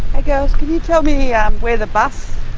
hi girls, can you tell me ah where the bus.